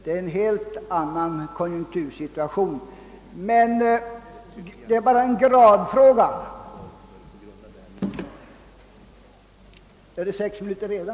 Vi har en helt annan konjunktursituation — men det är bara en gradfråga.